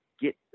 get